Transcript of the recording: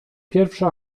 pierwsze